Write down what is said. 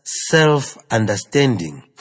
self-understanding